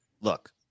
Look